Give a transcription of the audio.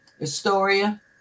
Historia